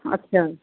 ଆଚ୍ଛା